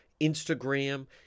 instagram